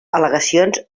al·legacions